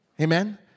Amen